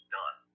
done